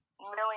Million